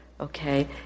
Okay